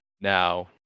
Now